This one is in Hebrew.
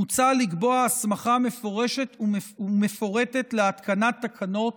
מוצע לקבוע הסמכה מפורשת ומפורטת להתקנת תקנות